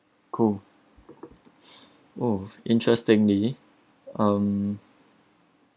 cool oh interestingly um